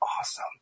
awesome